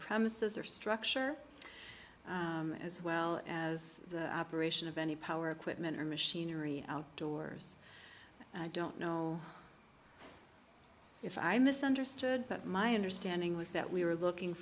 premises or structure as well as the operation of any power equipment or machinery outdoors i don't know if i misunderstood but my understanding was that we were looking